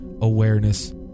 Awareness